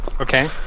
Okay